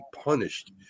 punished